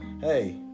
hey